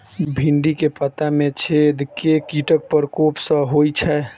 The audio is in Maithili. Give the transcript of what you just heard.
भिन्डी केँ पत्ता मे छेद केँ कीटक प्रकोप सऽ होइ छै?